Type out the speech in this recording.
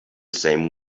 same